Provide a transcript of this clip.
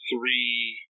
three